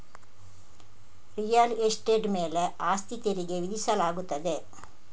real estate ಮೇಲೆ ಆಸ್ತಿ ತೆರಿಗೆ ವಿಧಿಸಲಾಗುತ್ತದೆ